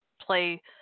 play